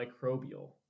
microbial